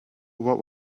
what